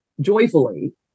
joyfully